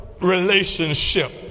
relationship